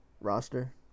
roster